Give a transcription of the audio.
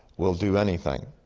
we'll do anything,